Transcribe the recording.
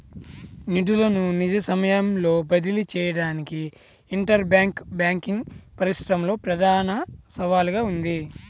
నిధులను నిజ సమయంలో బదిలీ చేయడానికి ఇంటర్ బ్యాంక్ బ్యాంకింగ్ పరిశ్రమలో ప్రధాన సవాలుగా ఉంది